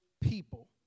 people